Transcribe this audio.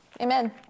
Amen